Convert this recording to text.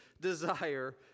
desire